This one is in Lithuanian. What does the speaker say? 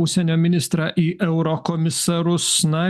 užsienio ministrą į eurokomisarus na